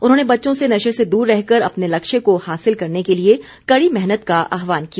उन्होंने बच्चों से नशे से दूर रहकर अपने लक्ष्य को हासिल करने के लिए कड़ी मेहनत का आहवान किया